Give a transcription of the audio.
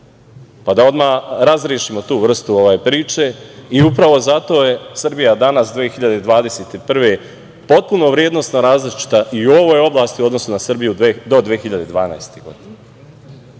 pa da odmah razrešimo tu vrstu priče. Zato je Srbija danas 2021. godine potpuno vrednosno različita i u ovoj oblasti u odnosu na Srbiju do 2012. godine,